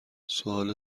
سوال